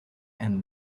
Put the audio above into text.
and